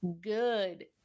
good